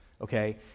okay